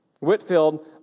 Whitfield